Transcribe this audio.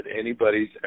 anybody's